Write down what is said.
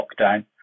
lockdown